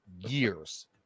years